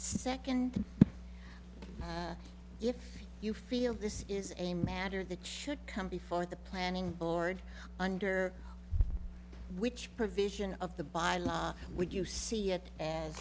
second if you feel this is a matter that should come before the planning board under which provision of the bylaws would you see it as